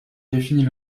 définit